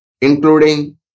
including